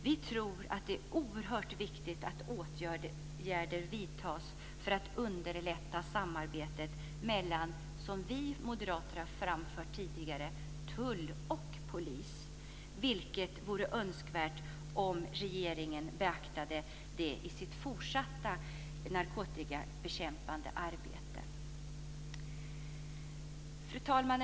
Det är oerhört viktigt att åtgärder vidtas för att underlätta samarbetet mellan tull och polis, något som vi moderater har framfört tidigare. Det vore önskvärt om regeringen beaktade detta i sin fortsatta kamp mot narkotikan. Fru talman!